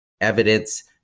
evidence